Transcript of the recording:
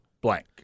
blank